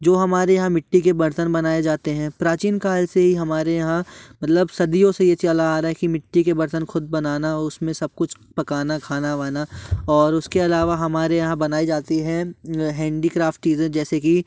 जो हमारे यहाँ मिट्टी के बर्तन बनाए जाते हैं प्राचीन काल से ही हमारे यहाँ मतलब सदियों से ये चला आ रहा है कि मिट्टी के बर्तन ख़ुद बनाना उस में सब कुछ पकाना खाना वाना और उसके आलावा हमारे यहाँ बनाई जाती हैं हेंडीक्राफ्ट चीज़ें जैसे कि